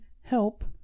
help